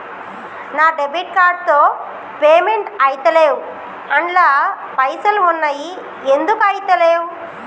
నా debit card తో payment ఐతలేవ్ అండ్ల పైసల్ ఉన్నయి ఎందుకు ఐతలేవ్?